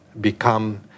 become